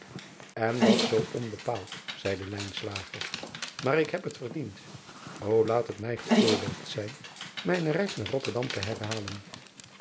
n dat zoo onbepaald zeide maar ik heb het verdiend o aat het mij geoorloofd zijn mijne reis naar otterdam te herhalen